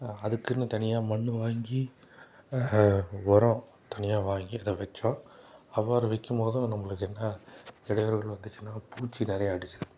அதுக்குன்னு தனியாக மண் வாங்கி உரோம் தனியாக வாங்கி அதை வெச்சோம் அவ்வாறு வைக்கும்போதும் நம்மளுக்கு என்ன இடையூறுகள் வந்துச்சுன்னா பூச்சி நிறையா அடிச்சது